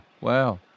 wow